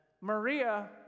Maria